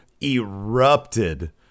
erupted